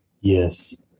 Yes